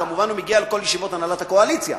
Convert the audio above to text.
כמובן הוא מגיע לכל ישיבות הנהלת הקואליציה,